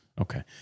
okay